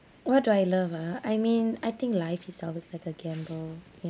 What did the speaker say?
what do I love ah I mean I think life itself is always like a gamble you